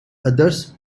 others